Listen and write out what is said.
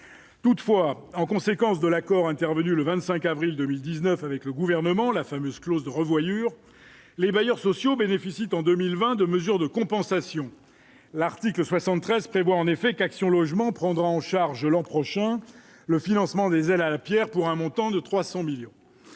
toutefois en conséquence de l'accord intervenu le 25 avril 2019 avec le gouvernement, la fameuse clause de revoyure, les bailleurs sociaux bénéficient en 2020 de mesures de compensation, l'article 73 prévoit en effet qu'Action Logement prendra en charge l'an prochain le financement des ailes à la Pierre, pour un montant de 300 millions